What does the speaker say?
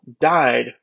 died